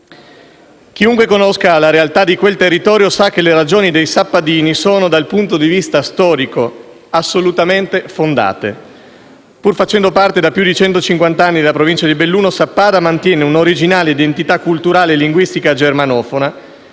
Chiunque conosca la realtà di quel territorio, sa che le ragioni dei sappadini sono, dal punto di vista storico, assolutamente fondate. Pur facendo parte da più di centocinquant'anni della Provincia di Belluno, Sappada mantiene un'originaria identità culturale e linguistica germanofona,